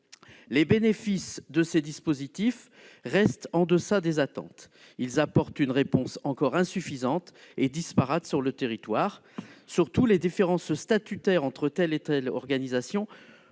les bénéfices de ces dispositifs restent en deçà des attentes. Ils apportent une réponse encore insuffisante et disparate sur le territoire. Surtout, les différences statutaires entre les diverses organisations